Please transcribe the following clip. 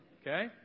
Okay